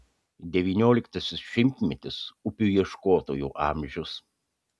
devynioliktasis šimtmetis upių ieškotojų amžius